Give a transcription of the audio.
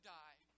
die